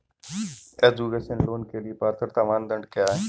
Education loan के लिए पात्रता मानदंड क्या है?